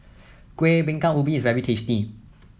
Kueh Bingka Ubi is very tasty